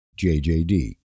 JJD